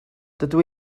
dydw